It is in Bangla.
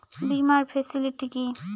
বীমার ফেসিলিটি কি?